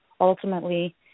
ultimately